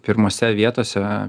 pirmose vietose